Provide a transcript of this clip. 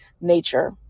nature